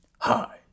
Hi